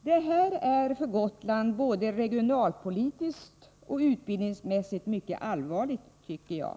Detta är för Gotland både regionalpolitiskt och utbildningsmässigt mycket allvarligt, tycker jag.